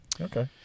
Okay